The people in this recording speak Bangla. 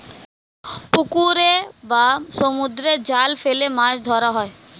পুকুরে বা সমুদ্রে জাল ফেলে মাছ ধরা হয়